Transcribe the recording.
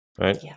right